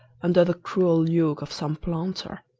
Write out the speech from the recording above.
under the cruel yoke of some planter.